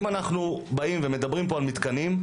אם אנחנו באים ומדברים על מתקנים,